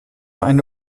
eine